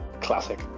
Classic